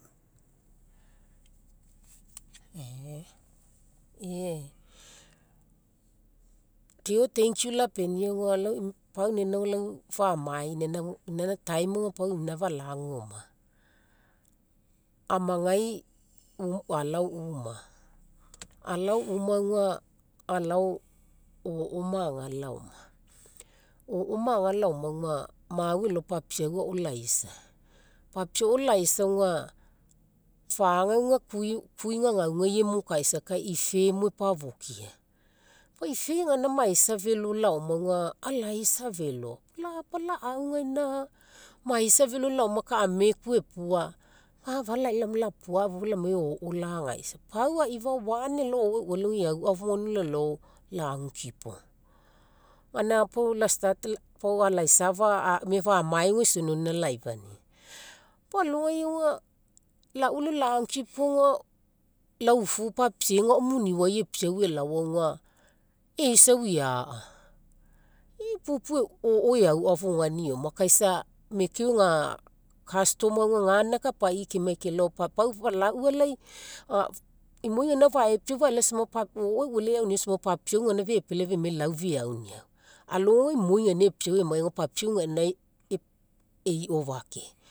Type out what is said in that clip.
Eh, eh. Deo thank you lapenia auga lau pau inaina famae, inaina inaina time auga lau ina falaguoma. Amagai alao uma, alao uma auga alao o'o maga laoma. O'o maga laoma auga mau elao papiau ao laisa, papiau ao laisa auga, faga auga kuii gagaugai emokaisa kai ife mo epafokia. Pau ife gaina maisa felo laoma auga, alaisa felo. La'apa laugaina maisa laoma kai ameku epua, ah afalai laoma lapauafuga lamai o'o lagaisa. Pau aifa one elao o'o eualai eauafogainiau lalao lagukipo. Gaina pau la start, laisafa emia famae aina isonioni laifania. Pau alogai auga, laualai lagukipa auga lau ufu papiega ao muniai epiau elao auga, eisau eaa. Pupu o'o eauafogaina eoma kai isa mekeo ega custom auga gaina kapaii kemai kelao, pau laualai imoi gaina faepiau faelao sama o'o eualai eaniau sama papiau gaina fepealai femai lau feauniau. Alogai imoi gaina epiau emai auga papiau gaina eiofake.